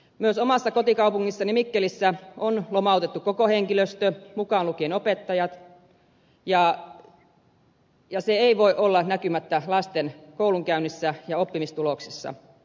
myös omassa kotikaupungissani mikkelissä on lomautettu koko henkilöstö mukaan lukien opettajat ja se ei voi olla näkymättä lasten koulunkäynnissä ja oppimistuloksissa